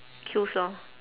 kills lor